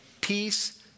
peace